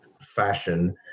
fashion